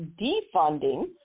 defunding